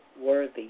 worthy